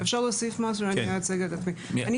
מי את?